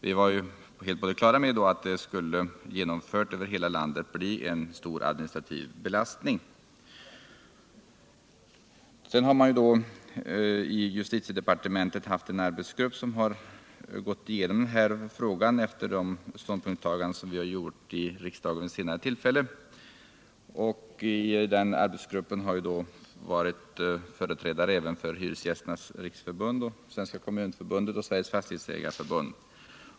Vi var då helt på det klara med att lagen genomförd över hela landet skulle bli en stor administrativ belastning. Därefter har man i justitiedepartementet låtit en arbetsgrupp gå igenom denna fråga efter de ståndpunktstaganden som riksdagen gjort vid senare tillfällen, och i denna arbetsgrupp har funnits företrädare även för Hyrcesgästernas riksförbund, Svenska kommunförbundet och Sveriges fastighetsägareförbund.